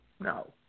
No